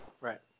Right